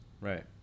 Right